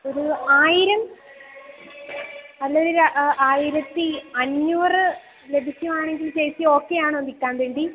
ഒരു ആയിരം അല്ലേ ഒരു ആയിരത്തി അഞ്ഞൂറ് ലഭിക്കുവാണെങ്കില് ചേച്ചി ഓക്കെ ആണോ നിൽക്കാന് വേണ്ടി